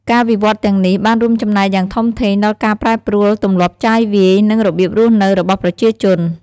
ការវិវត្តន៍ទាំងនេះបានរួមចំណែកយ៉ាងធំធេងដល់ការប្រែប្រួលទម្លាប់ចាយវាយ និងរបៀបរស់នៅរបស់ប្រជាជន។